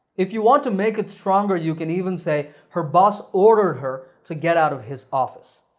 if you want to make it stronger, you can even say, her boss ordered her to get out of his office.